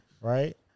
right